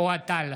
אוהד טל,